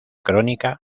crónica